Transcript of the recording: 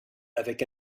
avec